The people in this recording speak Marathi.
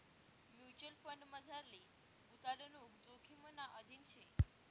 म्युच्युअल फंडमझारली गुताडणूक जोखिमना अधीन शे